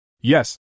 Yes